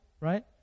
right